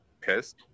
pissed